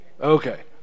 Okay